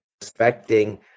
respecting